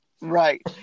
right